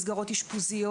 מסגרות אשפוזיות.